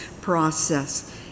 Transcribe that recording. process